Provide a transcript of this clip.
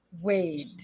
wait